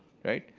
right?